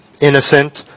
innocent